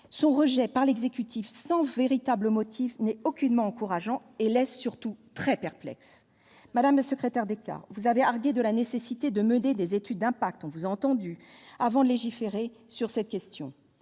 Son rejet par l'exécutif, sans véritable motif, n'est nullement encourageant. Il nous laisse surtout très perplexes. Madame la secrétaire d'État, vous avez argué de la nécessité de mener des études d'impact- on vous a entendue -avant de légiférer sur cette question.